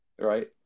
right